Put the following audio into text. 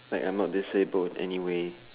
like I'm not disabled anyway